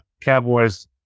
Cowboys